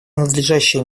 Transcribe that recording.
надлежащее